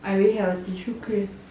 I already have a tissue case